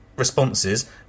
Responses